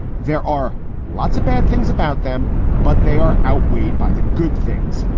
there are lots of bad things about them, but they are outweighed by the good things.